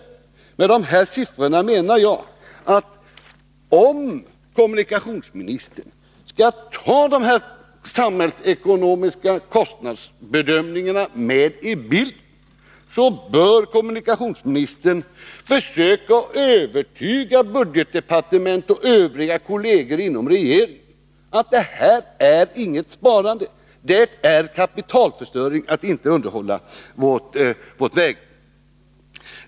Mot bakgrund av de siffror som jag har redovisat menar jag att kommunikationsministern, om han skall ta de samhällsekonomiska kostnadsbedömningarna med i bilden, bör försöka övertyga budgetdepartementet och sina kolleger i regeringen om att det inte innebär någon besparing utan i stället kapitalförstöring, om man inte underhåller vårt vägnät.